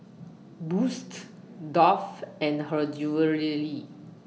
Boosts Dove and Her Jewellery